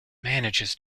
manages